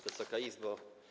Wysoka Izbo!